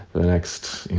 the next, you